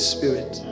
Spirit